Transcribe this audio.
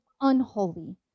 unholy